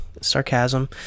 sarcasm